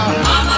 Mama